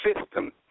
system